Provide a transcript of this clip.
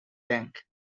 bank